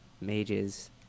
mages